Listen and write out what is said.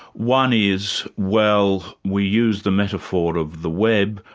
one is, well we use the metaphor of the web,